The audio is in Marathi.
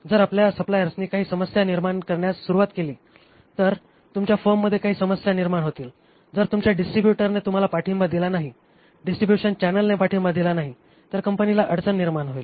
जर आपल्या सप्लायर्सनी काही समस्या निर्माण करण्यास सुरवात केली तर तुमच्या फर्ममध्ये काही समस्या निर्माण होतील जर तुमच्या डिस्ट्रिब्युटर्सने तुम्हाला पाठिंबा दिला नाही डिस्ट्रिब्युशन चॅनेल्सने पाठिंबा दिला नाही कंपनीला अडचण निर्माण होईल